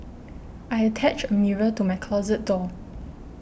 I attached a mirror to my closet door